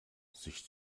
sich